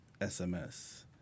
SMS